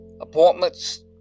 Appointments